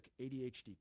adhd